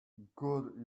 good